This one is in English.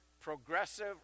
progressive